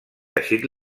teixit